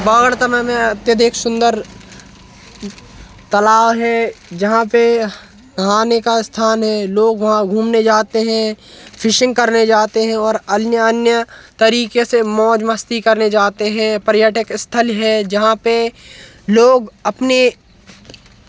बावड़तना में अत्यधिक सुंदर तालाब है जहाँ पे नहाने का स्थान है लोग वहाँ घूमने जाते हें फ़िशिंग करने जाते हैं और अन्य अन्य तरीक़े से मौज मस्ती करने जाते हें पर्यटक स्थल है जहाँ पे लोग अपने